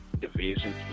division